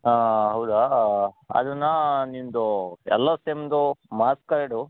ಹಾಂ ಹೌದಾ ಅದನ್ನು ನಿನ್ನದು ಎಲ್ಲ ಸೆಮ್ದು ಮಾರ್ಕ್ಸ್ ಕಾರ್ಡು